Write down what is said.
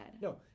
No